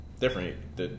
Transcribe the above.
different